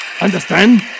Understand